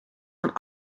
van